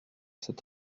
cet